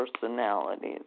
personalities